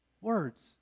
words